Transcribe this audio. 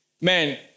Man